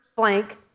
Blank